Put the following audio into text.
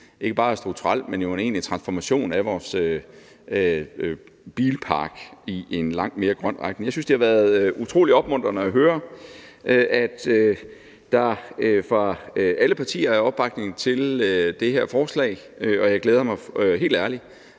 ikke bare strukturel ændring, men jo en egentlig transformation af vores bilpark i en langt mere grøn retning. Jeg synes, det har været utrolig opmuntrende at høre, at der fra alle partier er opbakning til det her forslag, og jeg glæder mig – helt ærligt